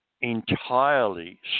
entirely